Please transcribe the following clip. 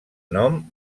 nom